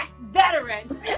veteran